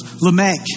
Lamech